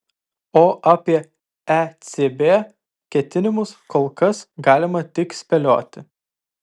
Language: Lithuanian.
o apie ecb ketinimus kol kas galima tik spėlioti